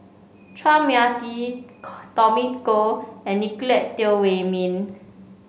Chua Mia Tee Tommy Koh and Nicolette Teo Wei Min